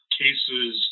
cases